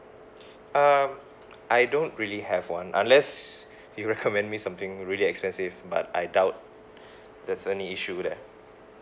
um I don't really have one unless you recommend me something really expensive but I doubt there's any issue there